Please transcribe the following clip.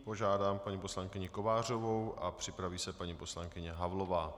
Nyní požádám paní poslankyni Kovářovou a připraví se paní poslankyně Havlová.